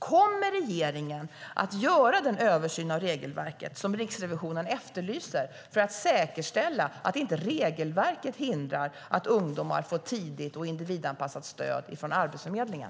Kommer regeringen att göra den översyn av regelverket som Riksrevisionen efterlyser, för att säkerställa att regelverket inte hindrar att ungdomar får tidigt och individanpassat stöd från Arbetsförmedlingen?